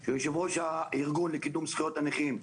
שהוא יושב-ראש הארגון לקידום זכויות הנכים,